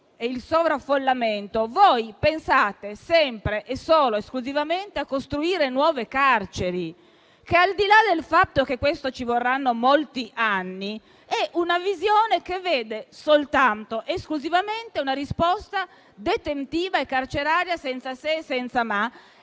il sovraffollamento, pensate sempre e solo esclusivamente a costruire nuove carceri. E al di là del fatto che ci vorranno molti anni, si tratta di una visione che prevede esclusivamente una risposta detentiva e carceraria, senza se e senza ma,